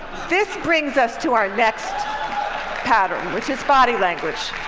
this brings us to our next pattern, which is body language.